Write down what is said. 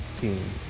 team